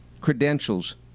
Credentials